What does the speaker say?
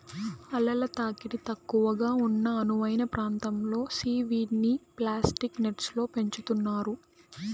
అలల తాకిడి తక్కువగా ఉన్న అనువైన ప్రాంతంలో సీవీడ్ని ప్లాస్టిక్ నెట్స్లో పెంచుతున్నారు